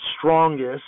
strongest